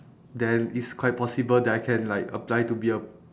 then is quite possible that I can like apply to be a